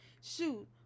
shoot